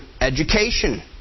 education